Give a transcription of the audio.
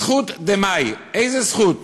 "זכות דמאי" איזו זכות,